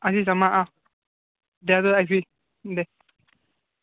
আজি যাম আহ আহ দে দে আহিবি দে